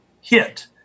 hit